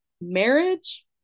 marriage